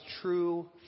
true